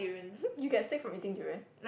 you get sick from eating durian